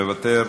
מוותר,